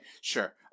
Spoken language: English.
sure